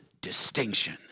distinction